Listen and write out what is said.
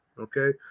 Okay